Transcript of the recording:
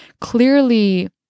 clearly